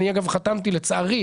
אני, אגב, חתמתי, לצערי.